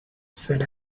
said